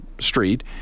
street